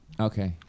Okay